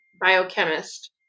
biochemist